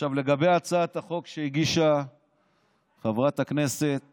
עכשיו לגבי הצעת החוק שהגישה חברת הכנסת